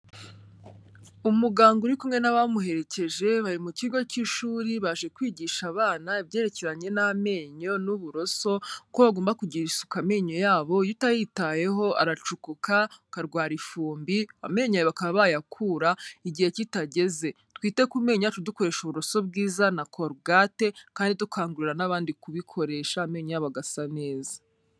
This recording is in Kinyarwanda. Umuganga uri kumwe n'abamuherekeje, bari mu kigo cy'ishuri, baje kwigisha abana ibyerekeranye n'amenyo n'uburoso ko bagomba kugirira isuku amenyo yabo, iyo utayitayeho aracukuka ukarwara ifumbi, amenyo yawe bakaba bayakuka igihe kitageze. Twite ku menyo yacu dukoresha uburoso bwiza na korugate kandi dukangurira n'abandi kubikoresha, amenyo yabo agasa neza.